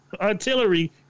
artillery